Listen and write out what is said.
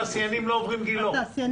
ההסתדרות והתעשיינים לא עוברים את ועדת גילאור.